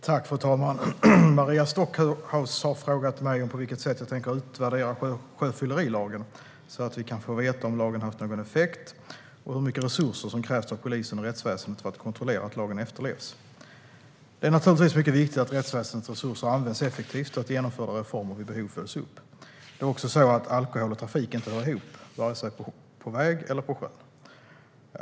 Svar på interpellationer Fru talman! Maria Stockhaus har frågat mig på vilket sätt jag tänker utvärdera sjöfyllerilagen, så att vi kan få veta om lagen har haft någon effekt och hur mycket resurser som har krävts av polisen och rättsväsendet för att kontrollera att lagen efterlevs. Det är naturligtvis mycket viktigt att rättsväsendets resurser används effektivt och att genomförda reformer vid behov följs upp. Det är också så att alkohol och trafik inte hör ihop, vare sig på väg eller på sjön.